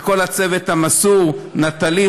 ולכל הצוות המסור: נטלי,